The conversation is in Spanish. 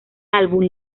álbum